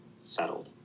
settled